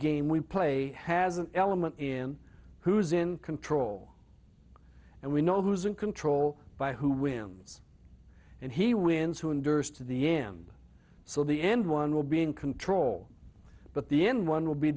game we play has an element in who's in control and we know who's in control by who whims and he wins who endures to the end so the end one will be in control but the end one will be